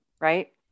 right